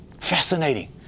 Fascinating